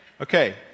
Okay